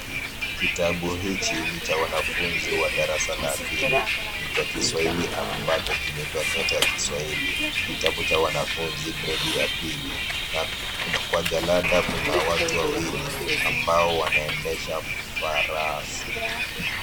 Kitabu hichi ni cha wanafunzi wa darasa la pili. Ni cha kiswahili ambacho kinaitwa nyota ya kiswahili. Kitabu cha wanafunzi gredi ya pili na kwa jalada kuna watu wawili ambao wanaendesha farasi.